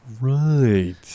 right